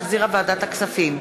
שהחזירה ועדת הכספים,